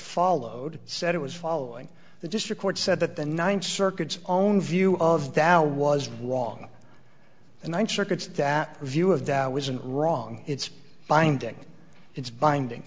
followed said it was following the district court said that the ninth circuit's own view of the owl was wrong and once circuits that view of that was a wrong it's binding it's binding